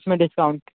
उसमें डिस्काउंट